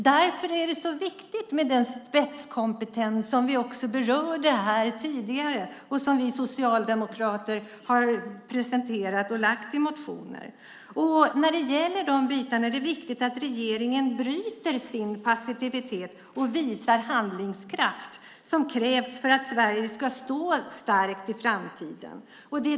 Därför är det så viktigt med den spetskompetens som vi också berörde här tidigare och som vi socialdemokrater har motionerat om. Det är viktigt att regeringen bryter sin passivitet och visar handlingskraft. Det krävs för att Sverige ska stå starkt i framtiden.